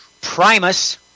Primus